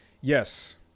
Yes